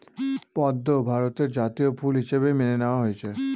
পদ্ম ভারতের জাতীয় ফুল হিসাবে মেনে নেওয়া হয়েছে